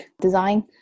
design